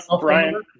Brian